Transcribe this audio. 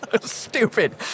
Stupid